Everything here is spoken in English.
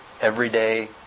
everyday